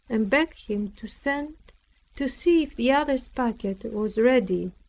and begged him to send to see if the other's packet was ready.